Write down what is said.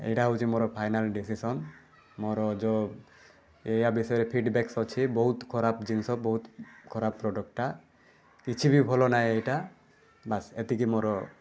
ଏଇଟା ହେଉଛି ମୋର ଫାଇନାଲ୍ ଡିସିସନ୍ ମୋର ଯେଉଁ ଏଇୟା ବିଷୟରେ ଫିଡ଼ବ୍ୟାକସ୍ ଅଛି ବହୁତ ଖରାପ ଜିନିଷ ବହୁତ ଖରାପ ପ୍ରଡ଼କ୍ଟଟା କିଛିବି ଭଲନାହିଁ ଏଇଟା ବାସ୍ ଏତିକି ମୋର